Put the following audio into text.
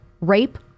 rape